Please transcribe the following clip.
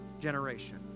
generation